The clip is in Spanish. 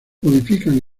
modifican